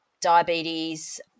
diabetes